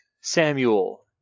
Samuel